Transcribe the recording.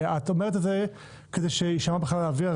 את אומרת את זה כדי שיישמע בחלל האוויר,